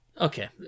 Okay